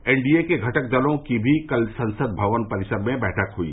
N D A के घटक दलों की भी कल संसद भवन परिसर में बैठक हुई